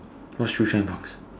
what shoe shine box